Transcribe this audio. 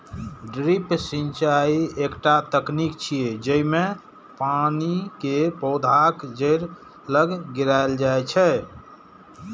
drip सिंचाइ एकटा तकनीक छियै, जेइमे पानि कें पौधाक जड़ि लग गिरायल जाइ छै